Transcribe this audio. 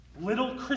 little